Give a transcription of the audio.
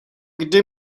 kdy